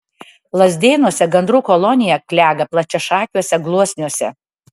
lazdėnuose gandrų kolonija klega plačiašakiuose gluosniuose